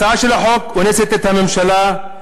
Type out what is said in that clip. הצעת החוק אונסת את הממשלה,